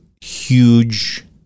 huge